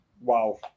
wow